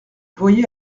voyait